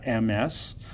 MS